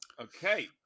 Okay